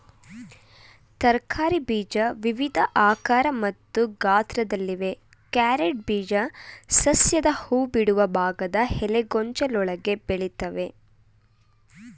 ತರಕಾರಿ ಬೀಜ ವಿವಿಧ ಆಕಾರ ಮತ್ತು ಗಾತ್ರದಲ್ಲಿವೆ ಕ್ಯಾರೆಟ್ ಬೀಜ ಸಸ್ಯದ ಹೂಬಿಡುವ ಭಾಗದ ಎಲೆಗೊಂಚಲೊಳಗೆ ಬೆಳಿತವೆ